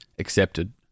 accepted